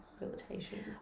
rehabilitation